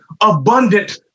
abundant